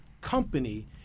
company